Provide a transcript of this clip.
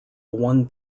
one